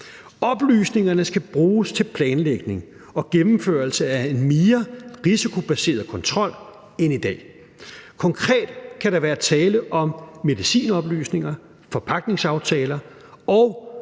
Oplysningerne skal bruges til planlægning og gennemførelse af en mere risikobaseret kontrol end i dag. Konkret kan der være tale om medicinoplysninger, forpagtningsaftaler og